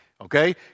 Okay